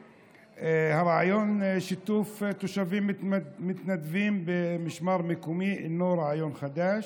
רעיון שיתוף תושבים מתנדבים במשמר מקומי אינו רעיון חדש,